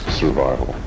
survival